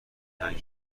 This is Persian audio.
تنگ